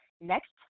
next